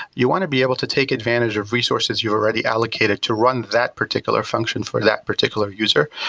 you want to be able to take advantage of resources you're already allocated to run that particular function for that particular user.